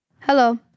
Hello